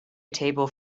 table